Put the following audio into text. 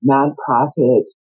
Non-profit